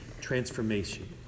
transformation